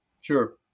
Sure